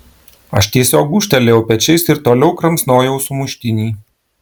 aš tiesiog gūžtelėjau pečiais ir toliau kramsnojau sumuštinį